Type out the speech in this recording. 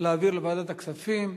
להעביר לוועדת הכספים.